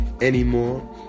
anymore